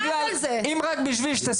רק על זה.